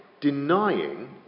denying